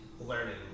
learning